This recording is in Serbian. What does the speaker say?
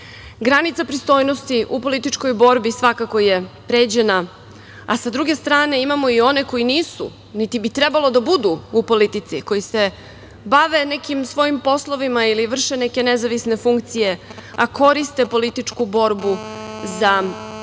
ne. Granica pristojnosti u političkoj borbi svakako je pređena, a sa druge strane imamo i one koji nisu trebalo da budu u politici, koji se bave nekim svojim poslovima ili vrše neke nezavisne funkcije, a koriste političku borbu za sticanje